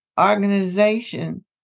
organization